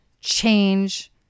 change